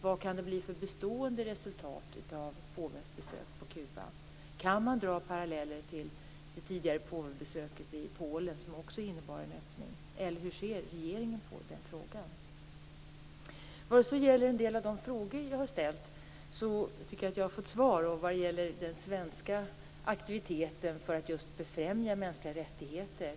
Vad kan det bli för bestående resultat av påvens besök på Kuba? Kan man dra paralleller till det tidigare påvebesöket i Polen som också innebar en öppning? Hur ser regeringen på frågan? Jag ställde en hel del frågor. Jag tycker att jag har fått svar vad gäller den svenska aktiviteten för att befrämja mänskliga rättigheter.